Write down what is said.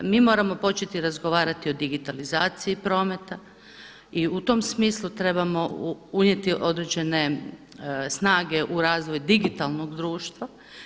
Mi moramo početi razgovarati o digitalizaciji prometa i u tom smislu trebamo unijeti određene snage u razvoj digitalnog društva.